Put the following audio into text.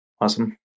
awesome